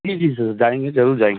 जी जी सर जाएँगे ज़रूर जाएँगे